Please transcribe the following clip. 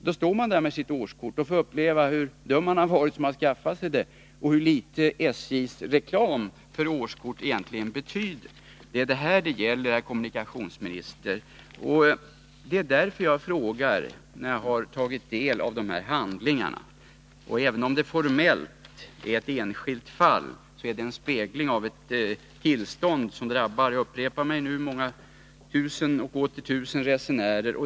Då står man där med sitt årskort och får uppleva hur dum man varit som skaffat sig det och hur litet SJ:s reklam för årskorten egentligen betyder. Det är detta det gäller, herr kommunikationsminister, och det är därför jag framställt min interpellation, sedan jag tagit del av handlingarna i det här ärendet. Även om det formellt gäller ett enskilt fall, så speglar det ändå ett tillstånd som drabbar — jag upprepar det — tusen och åter tusen resenärer.